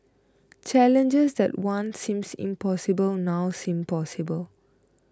challenges that once seemed impossible now seem possible